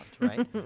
right